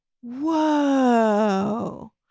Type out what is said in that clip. whoa